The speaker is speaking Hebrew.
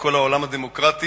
בכל העולם הדמוקרטי,